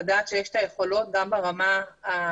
לדעת שיש את היכולות גם ברמה הכספית